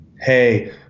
hey